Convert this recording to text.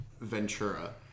Ventura